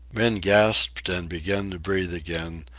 men gasped and began to breathe again,